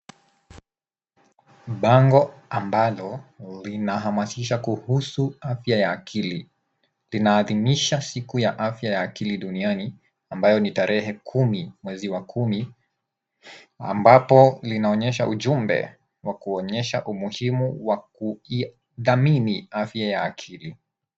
Bango ambalo linahamasisha kuhusu afya ya akili. Linaadimisha siku ya afya ya akili duniani ambayo ni tarehe 10th october ambapo linaonyesha ujumbe wa kuonyesha umuhimu wa kudhamini afya ya akili.